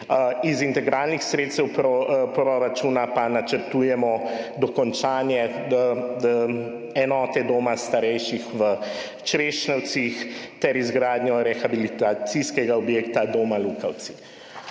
iz integralnih sredstev proračuna pa načrtujemo dokončanje enote doma starejših v Črešnjevcih ter izgradnjo rehabilitacijskega objekta doma Lukavci.